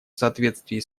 соответствии